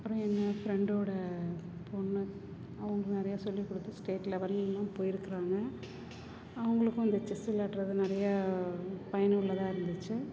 அப்புறம் எங்கள் ஃப்ரெண்டோட பொண்ணு அவங்களுக்கு நிறையா சொல்லிக் கொடுத்து ஸ்டேட் லெவல்லலாம் போய்ருக்குறாங்க அவங்களுக்கும் இந்த செஸ் விளையாடுவது நிறையா பயனுள்ளதாக இருந்துச்சு